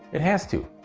it has too!